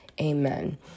Amen